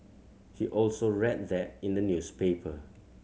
he also read that in the newspaper